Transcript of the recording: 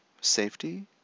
safety